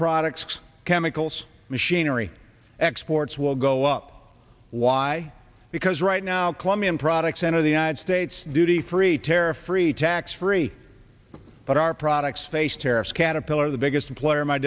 products chemicals machinery exports will go up why because right now colombian products enter the united states duty free tariff free tax free but our products face tariffs caterpillar the biggest employer